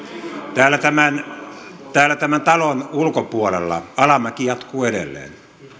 täällä tämän täällä tämän talon ulkopuolella alamäki jatkuu edelleen